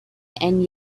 and